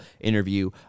interview